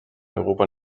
europa